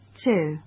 two